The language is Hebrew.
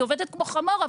היא עובדת כמו חמור,